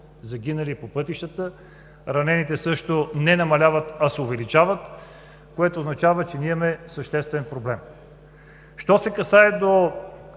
загинали. Ранените също не намаляват, а се увеличават, което означава, че ние имаме съществен проблем. Що се касае до